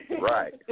Right